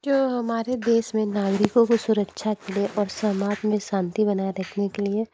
जो हमारे देश में नागरिकों के सुरक्षा के लिए और समाज में शांति बनाए रखने के लिए